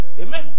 Amen